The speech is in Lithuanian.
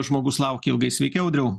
žmogus laukė ilgai sveiki audriau